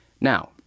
Now